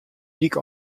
dyk